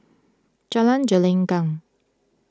Jalan Gelenggang